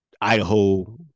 Idaho